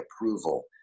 approval